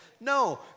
No